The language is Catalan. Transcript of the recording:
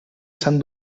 sant